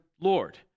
Lord